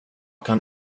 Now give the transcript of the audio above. kan